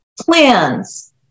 plans